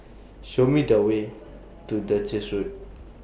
Show Me The Way to Duchess Road